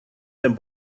them